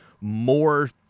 more